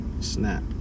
snap